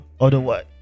otherwise